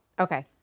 Okay